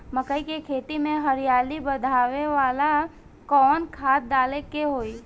मकई के खेती में हरियाली बढ़ावेला कवन खाद डाले के होई?